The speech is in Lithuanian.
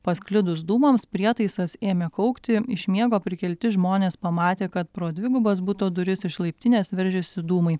pasklidus dūmams prietaisas ėmė kaukti iš miego prikelti žmonės pamatė kad pro dvigubas buto duris iš laiptinės veržiasi dūmai